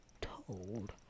told